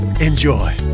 Enjoy